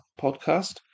podcast